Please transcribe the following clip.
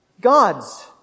God's